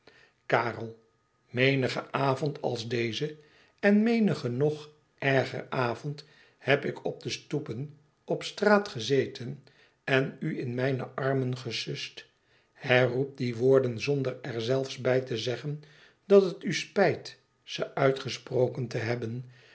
karel menigen avond als deze en menigen nog erger avond heb ik op de stoepen op straat gezeten en u in mijne armen gesust herroep die woorden zonder er zelfs bij te zeggen dat het u spijt ze uitgesproken te hebben